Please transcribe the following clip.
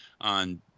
on